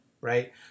right